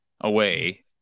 away